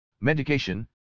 medication